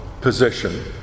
position